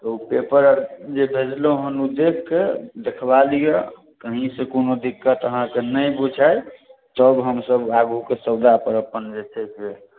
तऽ ओ पेपर आओर जे भेजलहुँ हेँ ओ देखि कऽ देखबा लिअ कहीँसँ कोनो दिक्कत अहाँकेँ नहि बुझाय तब हमसभ अपन आगूके सौदापर अपन जे छै से